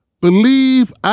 Believe